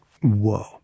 Whoa